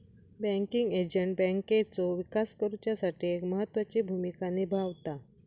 banking agent बँकेचो विकास करुच्यासाठी एक महत्त्वाची भूमिका निभावता